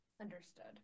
Understood